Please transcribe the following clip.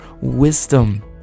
wisdom